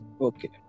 Okay